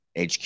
HQ